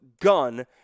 gun